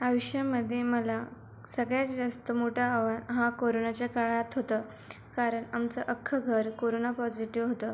आयुष्यामध्ये मला सगळ्यात जास्त मोठं आव्हान हे कोरोनाच्या काळात होतं कारण आमचं अख्खं घर कोरोना पॉझिटिव्ह होतं